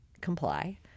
comply